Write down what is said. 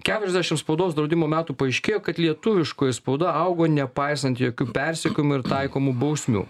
keturiasdešimt spaudos draudimo metų paaiškėjo kad lietuviškoji spauda augo nepaisant jokių persekiojimų ir taikomų bausmių